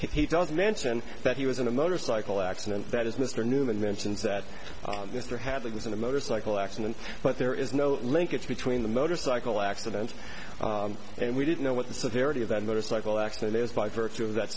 he does mention that he was in a motorcycle accident that is mr newman mentions that mr hadley was in a motorcycle accident but there is no linkage between the motorcycle accident and we didn't know what the severity of that motorcycle accident is by virtue of that